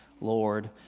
Lord